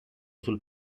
sul